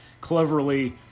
cleverly